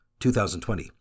2020